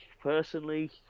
personally